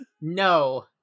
no